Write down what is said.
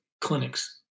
clinics